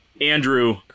Andrew